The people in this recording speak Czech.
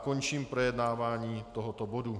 Končím projednávání tohoto bodu.